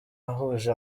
ahuje